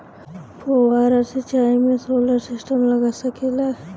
फौबारा सिचाई मै सोलर सिस्टम लाग सकेला?